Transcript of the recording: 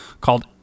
called